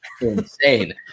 insane